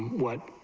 what